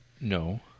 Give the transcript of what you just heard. No